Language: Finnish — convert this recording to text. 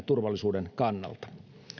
turvallisuuden kannalta